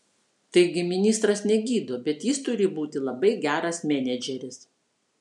taigi ministras negydo bet jis turi būti labai geras menedžeris